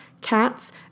cats